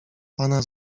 pana